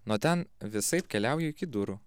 nuo ten visaip keliauju iki durų